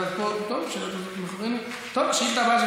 השאילתה הבאה,